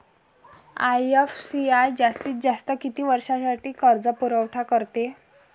IFCI जास्तीत जास्त किती वर्षासाठी कर्जपुरवठा करते?